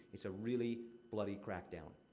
it's a really bloody crackdown.